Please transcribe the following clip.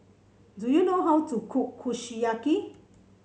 do you know how to cook Kushiyaki